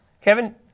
Kevin